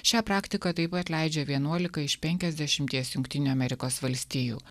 šią praktiką taip pat leidžia vienuolika iš penkiasdešimties jungtinių amerikos valstijų